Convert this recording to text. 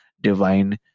divine